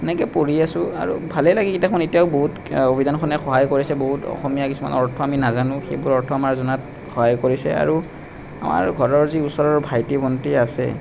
সেনেকে পঢ়ি আছোঁ আৰু ভালেই লাগে কিতাপখন এতিয়াও বহুত অভিধানখনে সহায় কৰিছে বহুত অসমীয়া কিছুমান অৰ্থ আমি নাজানো সেইবোৰ অৰ্থ আমাৰ জনাত সহায় কৰিছে আৰু আমাৰ ঘৰৰ যি ওচৰৰ ভাইটি ভণ্টী আছে